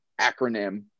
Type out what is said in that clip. acronym